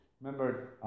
Remember